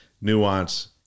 Nuance